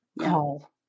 Call